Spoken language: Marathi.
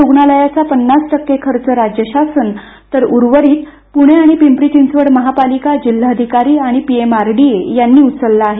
या रुग्णालयाचा पन्नास टक्के खर्च राज्यशासन तर उर्वरित पुणे आणि पिंपरी चिंचवड महपालिका जिल्हाधिकारी आणि पीएमआरडीए यांनी उचलला आहे